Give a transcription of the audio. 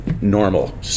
normal